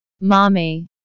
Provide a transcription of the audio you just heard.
Mommy